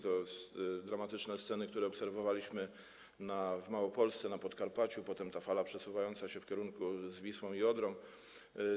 To te dramatyczne sceny, które obserwowaliśmy w Małopolsce, na Podkarpaciu, potem była ta fala przesuwająca się w tym kierunku z Wisłą i Odrą.